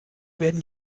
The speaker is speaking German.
werden